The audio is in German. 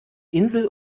insel